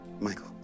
Michael